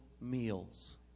meals